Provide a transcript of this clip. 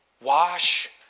Wash